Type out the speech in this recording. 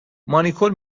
مانیکور